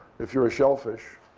if you're a shellfish,